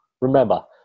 remember